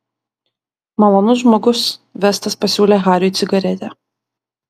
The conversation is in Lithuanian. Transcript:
malonus žmogus vestas pasiūlė hariui cigaretę